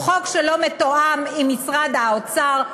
הוא חוק שלא מתואם עם משרד האוצר,